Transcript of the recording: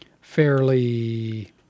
Fairly